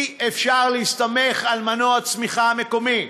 אי-אפשר להסתמך על מנוע הצמיחה המקומי.